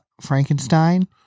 Frankenstein